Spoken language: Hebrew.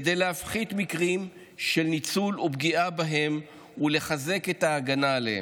כדי להפחית מקרים של ניצול ופגיעה בהם ולחזק את ההגנה עליהם.